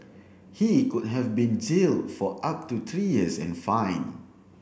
he could have been jail for up to three years and fine